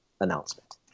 announcement